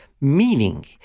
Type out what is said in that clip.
Meaning